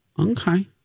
Okay